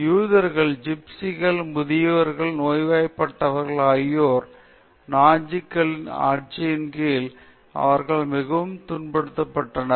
யூதர்கள் ஜிப்சிகள் முதியவர்கள் நோய்வாய்ப்பட்டோர் ஆகியோர் நாஜிக்களின் ஆட்சியின்கீழ் அவர்களால் மிகவும் துன்பப்பட்டனர்